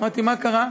אמרתי: מה קרה?